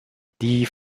die